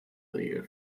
regel